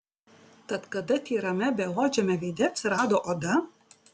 tad kada tyrame beodžiame veide atsirado oda